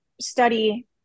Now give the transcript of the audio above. study